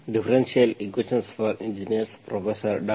differential equations for engineers professor ಡಾ